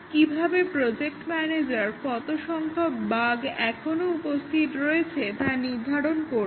কিভাবে project manager কত সংখ্যক বাগ্ এখনো উপস্থিত রয়েছে তা নির্ধারণ করবে